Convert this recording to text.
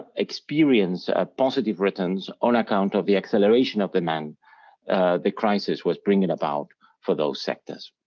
ah experienced ah positive returns on account of the acceleration of demand the crisis was bringing about for those sectors.